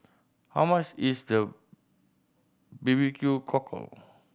how much is the B B Q Cockle